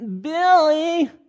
Billy